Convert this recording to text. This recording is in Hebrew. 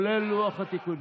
כולל לוח התיקונים,